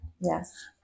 yes